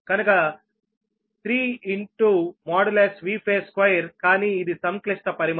కనుక 3 Vphase2కానీ ఇది సంక్లిష్ట పరిమాణం